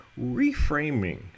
reframing